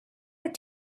what